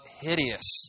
hideous